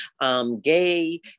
gay